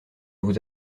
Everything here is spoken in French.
vous